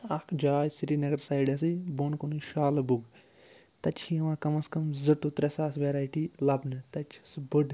اکھ جاے سرینگر سایڈَسٕے بۄن کُنُے شالہٕ بوٚگ تَتہِ چھِ یِوان کَم اَس کَم زٕ ٹُو ترٛےٚ ساس وٮ۪ریٹی لَبنہٕ تَتہِ چھِ سُہ بٔڑ